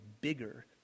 bigger